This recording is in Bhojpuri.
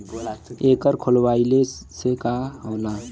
एकर खोलवाइले से का होला?